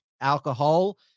alcohol